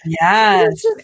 Yes